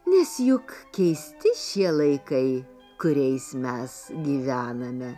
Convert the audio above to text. nes juk keisti šie laikai kuriais mes gyvename